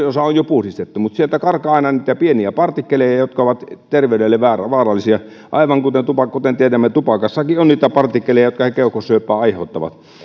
osa on jo puhdistettu mutta sieltä karkaa aina niitä pieniä partikkeleja jotka ovat terveydelle vaarallisia aivan kuten tiedämme tupakassakin on niitä partikkeleja jotka keuhkosyöpää aiheuttavat